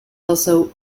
also